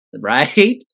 Right